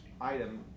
item